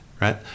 right